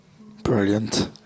Brilliant